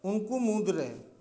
ᱩᱱᱠᱩ ᱢᱩᱫᱽᱨᱮ